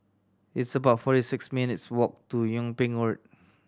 it's about forty six minutes walk to Yung Ping Road